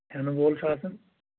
ہٮ۪نہٕ وول چھُ آسان